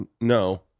no